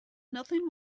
nothing